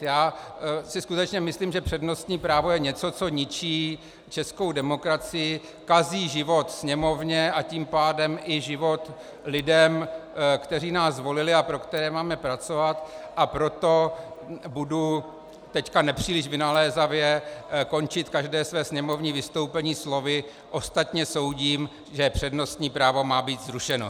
Já si skutečně myslím, že přednostní právo je něco, co ničí českou demokracii, kazí život Sněmovně, a tím pádem i život lidem, kteří nás zvolili a pro které máme pracovat, a proto budu teď nepříliš vynalézavě končit každé své sněmovní vystoupení slovy: ostatně soudím, že přednostní právo má být zrušeno.